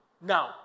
now